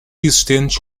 existentes